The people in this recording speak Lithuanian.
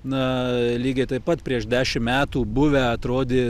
na lygiai taip pat prieš dešim metų buvę atrodė